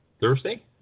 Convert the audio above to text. Thursday